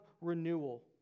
renewal